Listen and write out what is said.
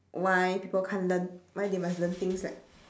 why people can't learn why they must learn things like